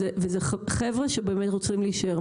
אלה חבר'ה שבאמת רוצים להישאר,